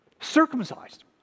circumcised